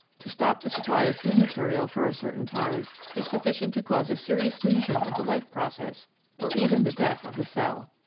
to stop the supply of food material for a certain time is sufficient to cause a serious lesion of the life process or even the death of the cell.